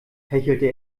hechelte